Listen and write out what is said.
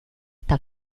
eta